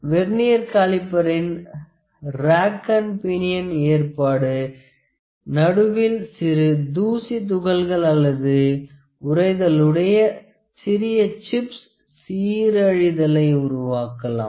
vernier காலிப்பரின் rack and pinion ஏற்பாடுக்கு நடுவில் சிறு தூசி துகள்கள் அல்லது உறைதளுடைய சிறிய சிப்ஸ் சீரழிதளை உருவாகலாம்